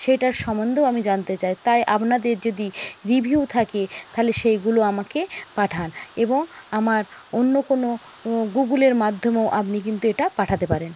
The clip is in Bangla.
সেটার সম্বন্ধেও আমি জানতে চাই তাই আপনাদের যদি রিভিউ থাকে তাহলে সেইগুলো আমাকে পাঠান এবং আমার অন্য কোনও গুগলের মাধ্যমেও আপনি কিন্তু এটা পাঠাতে পারেন